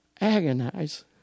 agonize